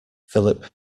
philip